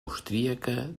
austríaca